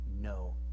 no